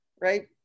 right